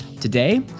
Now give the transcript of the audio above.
today